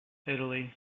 italy